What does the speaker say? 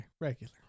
Regular